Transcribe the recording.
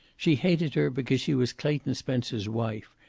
she hated her because she was clayton spencer's wife,